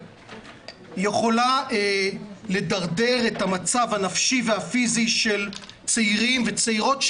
יכולה לדרדר את המצב הנפשי והפיזי של צעירים וצעירות,